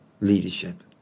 leadership